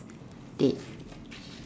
date